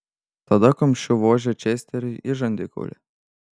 tada kumščiu vožė česteriui į žandikaulį